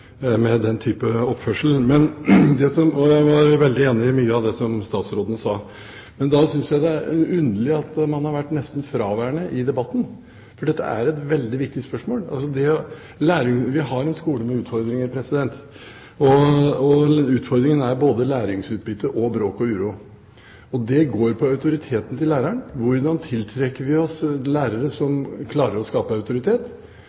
med den type oppførsel. Jeg var veldig enig i mye av det som statsråden sa. Men da synes jeg det er underlig at man har vært nesten fraværende i debatten. For dette er et veldig viktig spørsmål. Vi har en skole med utfordringer, og utfordringene handler om både læringsubytte og bråk og uro. Det går på autoriteten til lærerne: Hvordan tiltrekker vi oss lærere som klarer å skape autoritet?